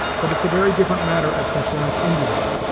but it's a very different matter as concerns indians.